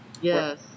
Yes